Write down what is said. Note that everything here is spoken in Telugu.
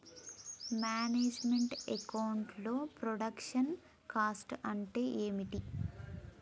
మేనేజ్ మెంట్ అకౌంట్ లో ప్రొడక్షన్ కాస్ట్ అంటే ఏమిటి?